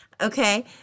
okay